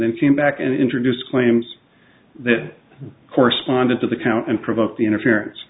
then came back and introduce claims that corresponded to the count and provoked the interference